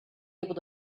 able